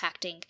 impacting